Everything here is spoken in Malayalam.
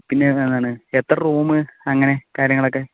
പിന്നെ എന്താണ് എത്ര റൂം എങ്ങനെ കാര്യങ്ങളൊക്കെ